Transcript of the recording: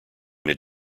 mid